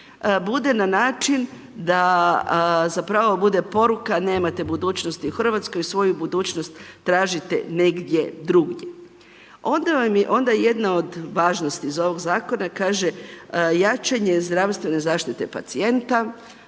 bude na način da zapravo bude poruka nemate budućnosti u Hrvatskoj, svoju budućnost tražite negdje drugdje. Onda je jedna od važnosti iz ovog zakona kaže jačanje zdravstvene zaštite pacijenta,